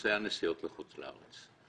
ונושא הנסיעות לחוץ לארץ.